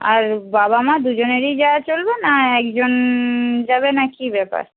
আর বাবা মা দুজনেরই যাওয়া চলবে না একজন যাবে না কী ব্যাপার